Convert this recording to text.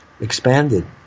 expanded